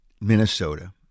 Minnesota